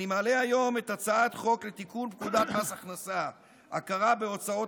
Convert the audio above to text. אני מעלה היום את הצעת חוק לתיקון פקודת מס הכנסה (הכרה בהוצאות